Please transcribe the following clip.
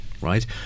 right